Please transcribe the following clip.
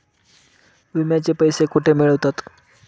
विम्याचे पैसे कुठे मिळतात?